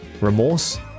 remorse